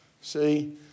See